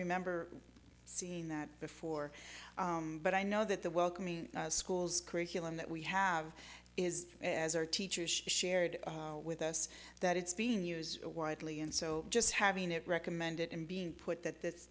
remember seeing that before but i know that the welcoming schools curriculum that we have is as our teachers shared with us that it's being used widely and so just having it recommended and being put that